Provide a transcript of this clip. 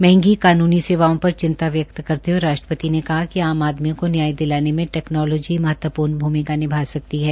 मंहगी कानूनी सेवाओं पर चिंता व्यक्त करते हये राष्ट्रपति ने कहा कि आम आदमी को न्याय दिलाने मे टेकनालोजी महत्वपूर्ण भूमिका निभा सकती है